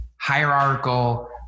hierarchical